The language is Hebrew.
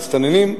מסתננים,